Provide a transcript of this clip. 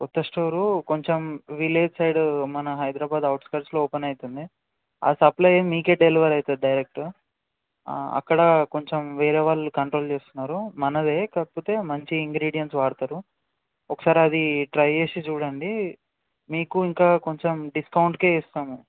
కొత్త స్టోర్ కొంచెం village side మన హైదరాబాద్ అవుట్కట్స్లో ఓపెన్ అయితుంది ఆ సప్లై మీకు తెలియదు అయితే డైరెక్టుగా అక్కడ కొంచెం వేరే వాళ్ళు కంట్రోల్ చేస్తున్నారు మనది కాకపోతే మంచి ఇంగ్రీడియన్స్ వాడుతారు ఒకసారి అది ట్రై చేసి చూడండి మీకు ఇంకా కొంచెం డిస్కౌంట్కు ఇస్తాము